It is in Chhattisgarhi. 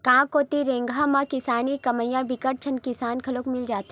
गाँव कोती रेगहा म किसानी कमइया बिकट झन किसान घलो मिल जाथे